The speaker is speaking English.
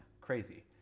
Crazy